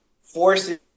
forces